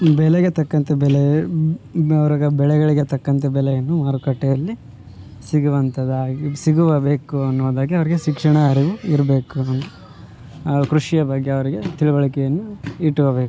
ಬೆಳೆಗೆ ತಕ್ಕಂತೆ ಬೆಲೆ ಅವ್ರ ಬೆಳೆಗಳಿಗೆ ತಕ್ಕಂತೆ ಬೆಲೆಯನ್ನು ಮಾರುಕಟ್ಟೆಯಲ್ಲಿ ಸಿಗುವಂಥದಾಗಿ ಸಿಗಬೇಕು ಅನ್ನುವುದಾಗಿ ಅವರಿಗೆ ಶಿಕ್ಷಣ ಅರಿವು ಇರಬೇಕು ನಮಗೆ ಆ ಕೃಷಿಯ ಬಗ್ಗೆ ಅವರಿಗೆ ತಿಳುವಳಿಕೆಯನ್ನು ಇಟ್ಕೋಬೇಕು